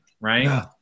Right